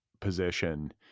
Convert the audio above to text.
position